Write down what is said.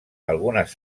algunes